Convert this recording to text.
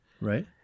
Right